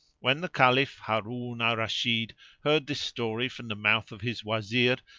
when the caliph harun al-rashid heard this story from the mouth of his wazir,